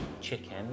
chicken